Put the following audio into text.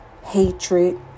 hatred